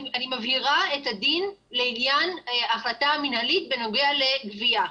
אני מבהירה את הדין לעניין החלטה מנהלית בנוגע לגבייה.